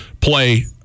Play